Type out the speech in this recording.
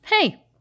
hey